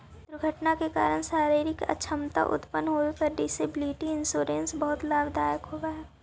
दुर्घटना के कारण शारीरिक अक्षमता उत्पन्न होवे पर डिसेबिलिटी इंश्योरेंस बहुत लाभदायक होवऽ हई